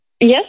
Yes